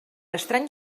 estrany